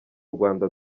rwanda